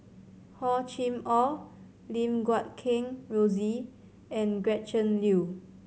Hor Chim Or Lim Guat Kheng Rosie and Gretchen Liu